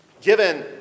Given